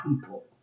people